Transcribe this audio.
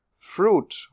fruit